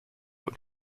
und